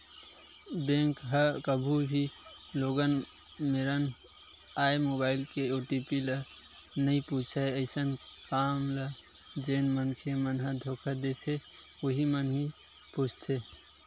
bank ह कभू भी लोगन मेरन आए मोबाईल के ओ.टी.पी ल नइ पूछय अइसन काम ल जेन मनखे मन ह धोखा देथे उहीं मन ह ही पूछथे